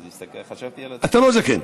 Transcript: אז חשבתי על עצמי.